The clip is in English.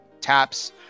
TAPS